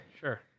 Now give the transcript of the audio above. Sure